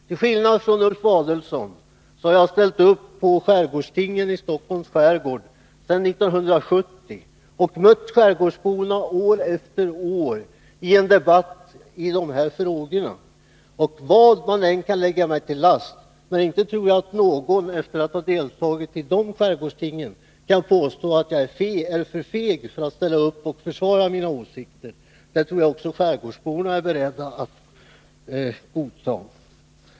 Till skillnad från Ulf Adelsohn har jag ställt upp på skärgårdstingen i Stockholms skärgård sedan 1970 och mött skärgårdsborna år efter år i en debatt om dessa frågor. Vad man än kan lägga mig till last, inte tror jag att någon efter att ha deltagit i de skärgårdstingen kan påstå att jag är för feg för att ställa upp och försvara mina åsikter. Det tror jag även skärgårdsborna är beredda att vitsorda.